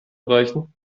reichen